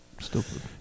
stupid